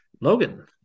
Logan